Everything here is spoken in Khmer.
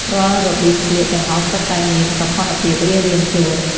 រាល់របៀបស្លៀកទាំងអស់សុទ្ធតែមានសោភ័ណភាពរៀងៗខ្លួន។